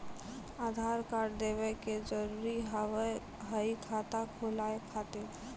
आधार कार्ड देवे के जरूरी हाव हई खाता खुलाए खातिर?